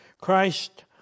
Christ